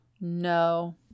No